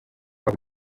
waba